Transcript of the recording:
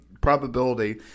probability